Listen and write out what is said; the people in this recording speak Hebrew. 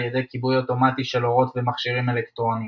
ידי כיבוי אוטומטי של אורות ומכשירים אלקטרוניים.